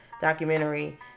documentary